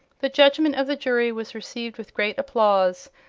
the judgment of the jury was received with great applause,